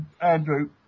Andrew